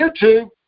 YouTube